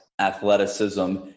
athleticism